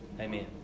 Amen